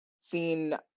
seen